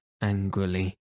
angrily